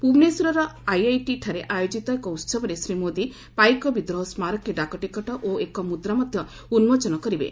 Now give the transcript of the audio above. ଭୁବନେଶ୍ୱରର ଆଇଆଇଟିଠାରେ ଆୟୋଜିତ ଏକ ଉତ୍ସବରେ ଶ୍ରୀମୋଦି ପାଇକ ବିଦ୍ରୋହ ସ୍କାରକୀ ଡାକଟିକଟ ଓ ଏକ ମୁଦ୍ରା ମଧ୍ୟ ଉନ୍କୋଚନ କରିବେ